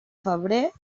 febrer